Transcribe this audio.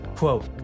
Quote